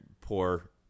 poor